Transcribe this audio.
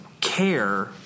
care